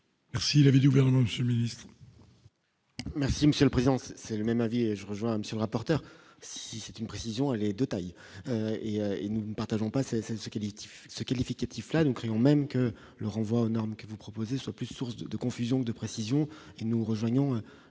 Merci l'avis du gouvernement, Monsieur le Ministre. Merci Monsieur le Président, c'est le même avis et je rejoins monsieur le rapporteur, si c'est une précision l'est de taille, il y a et nous ne partageons pas ce qualitatif ce qualificatif là nous craignons même que le renvoi aux normes que vous proposez soit plus source de confusion de précision, nous rejoignons